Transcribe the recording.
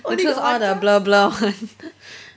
they choose all the blur blur [one]